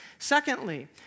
Secondly